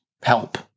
help